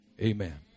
amen